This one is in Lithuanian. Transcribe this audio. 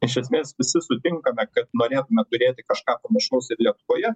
iš esmės visi sutinkame kad norėtume turėti kažką panašaus ir lietuvoje